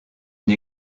une